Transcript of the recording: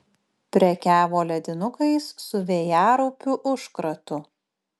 prekiavo ledinukais su vėjaraupių užkratu